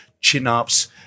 chin-ups